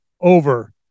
over